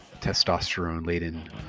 testosterone-laden